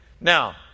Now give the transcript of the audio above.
Now